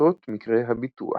בקרות מקרה הביטוח.